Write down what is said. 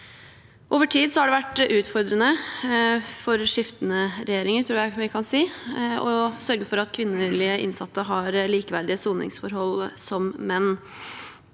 Over tid har det vært utfordrende for skiftende regjeringer, tror jeg vi kan si, å sørge for at kvinnelige innsatte har likeverdige soningsforhold som menn.